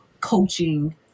coaching